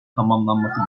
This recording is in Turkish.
tamamlanması